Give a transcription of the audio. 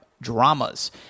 dramas